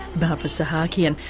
barbara sahakian,